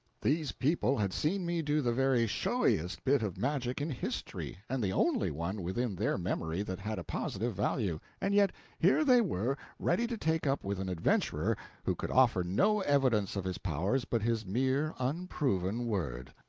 these people had seen me do the very showiest bit of magic in history, and the only one within their memory that had a positive value, and yet here they were, ready to take up with an adventurer who could offer no evidence of his powers but his mere unproven word.